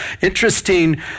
interesting